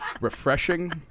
refreshing